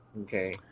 Okay